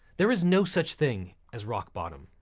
there is no such thing as rock bottom.